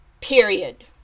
Period